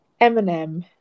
Eminem